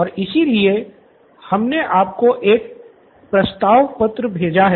और इसी के लिए हमने आपको एक प्रस्ताव पत्र भेजा है